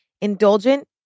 Indulgent